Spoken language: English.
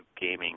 gaming